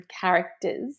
characters